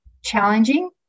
challenging